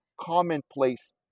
commonplace